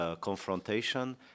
confrontation